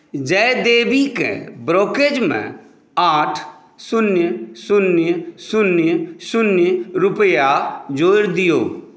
जय देवीकेँ ब्रोक्रेजमे आठ शून्य शून्य शून्य शून्य रूपैआ जोड़ि दियौ